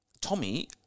Tommy